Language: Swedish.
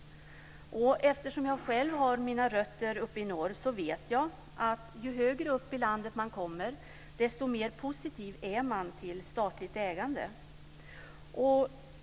Eftersom jag själv har mina rötter uppe i norr vet jag att ju högre upp i landet man kommer, desto mer positiv är man till statligt ägande.